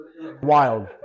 Wild